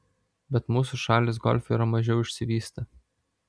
bet mūsų šalys golfe yra mažiau išsivystę